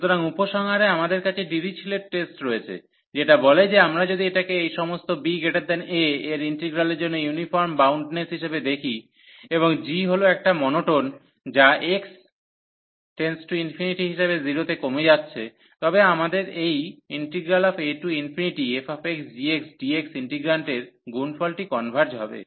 সুতরাং উপসংহারে আমাদের কাছে ডিরিচলেট টেস্ট রয়েছে যেটা বলে যে আমরা যদি এটাকে এই সমস্ত ba এর ইন্টিগ্রালের জন্য ইউনিফর্ম বাউন্ডনেস হিসাবে দেখি এবং g হল একটা মোনোটোন যা x→∞ হিসাবে 0 তে কমে যাচ্ছ্ তবে আমাদের এই afxgxdx ইন্টিগ্রান্টের গুণফলটি কনভার্জ হবে